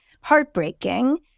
heartbreaking